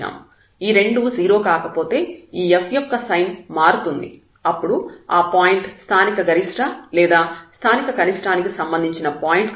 ఈ రెండూ 0 కాకపోతే ఈ f యొక్క సైన్ మారుతుంది అప్పుడు ఆ పాయింట్ స్థానిక గరిష్ట లేదా స్థానిక కనిష్ఠానికి సంబంధించిన పాయింట్ కాదు